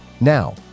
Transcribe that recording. Now